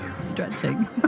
stretching